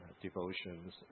devotions